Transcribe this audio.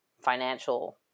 financial